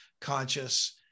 conscious